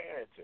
parenting